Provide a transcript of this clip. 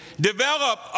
Develop